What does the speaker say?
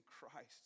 Christ